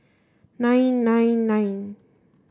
nine nine nine